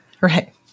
Right